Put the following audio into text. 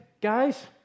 guys